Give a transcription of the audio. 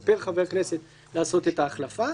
זה פר חבר כנסת לעשות את ההחלפה.